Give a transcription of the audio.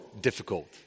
difficult